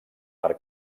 per